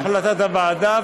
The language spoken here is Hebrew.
זו החלטת הוועדה,